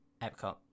Epcot